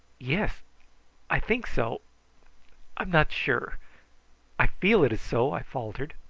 yes i think so i am not sure i feel it is so, i faltered.